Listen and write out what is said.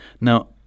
Now